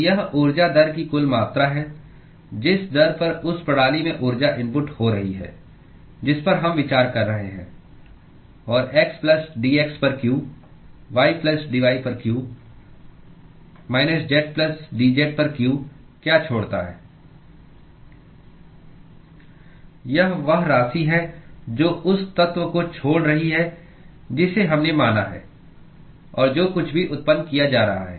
तो यह ऊर्जा दर की कुल मात्रा है जिस दर पर उस प्रणाली में ऊर्जा इनपुट हो रही है जिस पर हम विचार कर रहे हैं और xdx पर q ydy पर q माइनस zdz पर q क्या छोड़ता है यह वह राशि है जो उस तत्व को छोड़ रही है जिसे हमने माना है और जो कुछ भी उत्पन्न किया जा रहा है